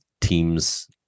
Teams